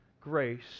grace